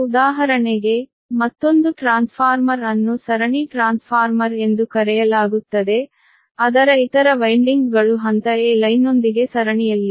ಉದಾಹರಣೆಗೆ ಮತ್ತೊಂದು ಟ್ರಾನ್ಸ್ಫಾರ್ಮರ್ ಅನ್ನು ಸರಣಿ ಟ್ರಾನ್ಸ್ಫಾರ್ಮರ್ ಎಂದು ಕರೆಯಲಾಗುತ್ತದೆ ಅದರ ಇತರ ವಿಂಡ್ಗಳು ಹಂತ ಎ ಲೈನ್ನೊಂದಿಗೆ ಸರಣಿಯಲ್ಲಿದೆ